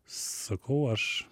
sakau aš